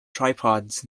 tripods